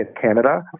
Canada